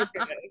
okay